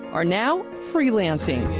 are now freelancing.